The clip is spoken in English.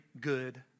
good